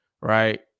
right